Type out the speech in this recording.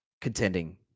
contending